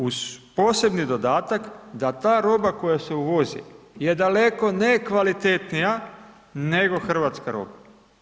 Uz posebni dodatak da ta roba koja se uvozi je daleko nekvalitetnija nego hrvatska roba.